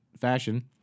fashion